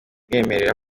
kumwemerera